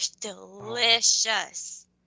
delicious